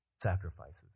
sacrifices